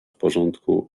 porządku